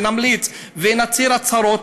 ונמליץ ונצהיר הצהרות,